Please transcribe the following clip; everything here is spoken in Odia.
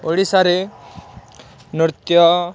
ଓଡ଼ିଶାରେ ନୃତ୍ୟ